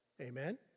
Amen